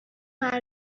بخدا